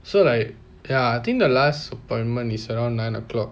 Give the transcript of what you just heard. so like ya I think the last appointment is around nine o'clock